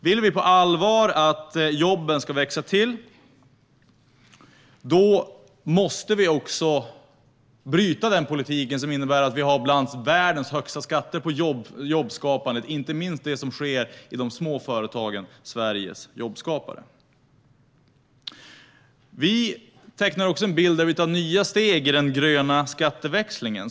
Vill vi på allvar att jobben ska växa till måste vi också bryta den politik som innebär att våra skatter på jobbskapande är bland världens högsta, inte minst för de små företagen - Sveriges jobbskapare. Vi tecknar också en bild där vi tar nya steg i den gröna skatteväxlingen.